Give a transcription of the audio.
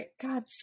god